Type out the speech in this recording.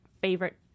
favorite